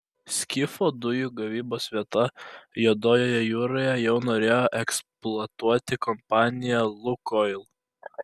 skifo dujų gavybos vietą juodojoje jūroje jau norėjo eksploatuoti kompanija lukoil